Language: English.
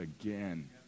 again